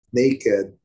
naked